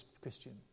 Christian